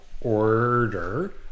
order